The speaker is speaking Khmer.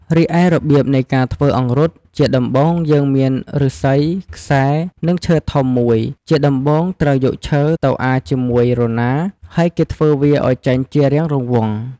រីឯរប្រៀបនៃការធ្វើអង្រុតជាដំបូងយើងមានឫស្សីំ ខ្សែ និងឈើធំមួយជាដំបូងត្រូវយកឈើទៅអាជាមួយរណាហើយគេធ្វើវាឲ្យចេញជារាងរង្វង់។